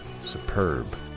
superb